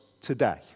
today